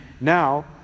now